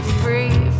free